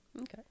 Okay